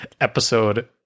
episode